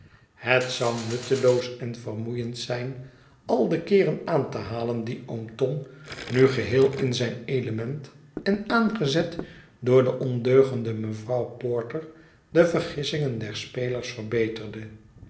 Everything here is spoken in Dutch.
het zou nutteloos en vermoeiend zijn al de keeren aan te halen die oom tom nu geheel in zijn element en aangezet door de ondeugende mevrouw porter de vergissingen der spelers verbeterde